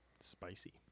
spicy